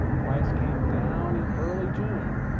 price came down in early june,